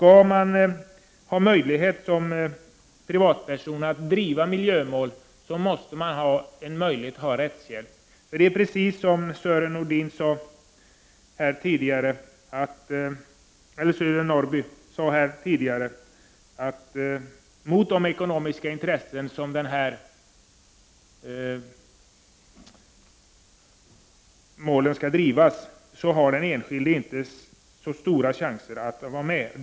Om man som privatperson skall ha möjlighet att driva miljömål måste man kunna få rättshjälp. Som Sören Norrby sade här tidigare har den enskilde, med tanke på de ekonomiska intressen som dessa mål skall drivas mot, inte så stora möjligheter.